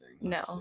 No